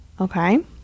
okay